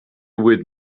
with